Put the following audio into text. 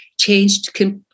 changed